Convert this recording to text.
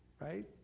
right